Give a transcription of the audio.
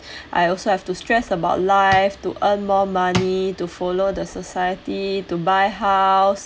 I also have to stress about life to earn more money to follow the society to buy house